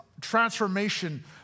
transformation